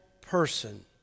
person